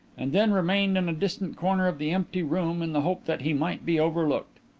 and then remained in a distant corner of the empty room in the hope that he might be overlooked.